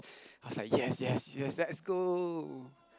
I was like yes yes yes let's go